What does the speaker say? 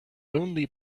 only